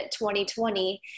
2020